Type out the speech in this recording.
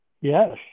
Yes